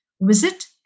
Visit